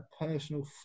personal